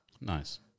Nice